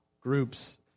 groups